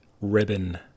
ribbon